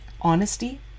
Honesty